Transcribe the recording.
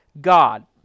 God